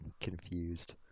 confused